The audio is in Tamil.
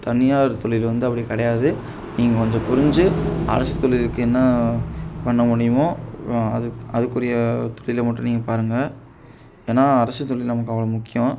தனியார் தொழில் வந்து அப்படி கிடையாது நீங்கள் கொஞ்சம் புரிஞ்சு அரசு தொழிலுக்கு என்ன பண்ண முடியுமோ அதுக் அதுக்குரிய தொழில மட்டும் நீங்கள் பாருங்கள் ஏனால் அரசு தொழில் நமக்கு அவ்வளோ முக்கியம்